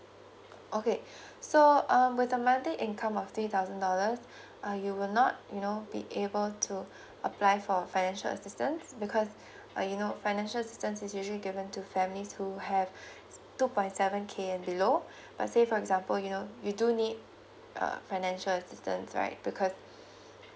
okay so um with the income of three thousand dollars uh you will not you know be able to apply for a financial assistance because uh you know financial assistance is usually given to family to have two point seven k below let's say for example you know you do need uh financial assistance right because